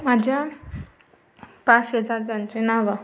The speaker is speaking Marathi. माझ्या पाच शेजारच्यांचे नावं